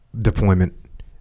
deployment